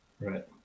Right